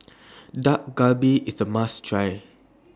Dak Galbi IS A must Try